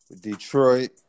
Detroit